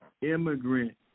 immigrant